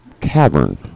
cavern